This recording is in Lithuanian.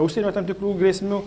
užsienio tam tikrų grėsmių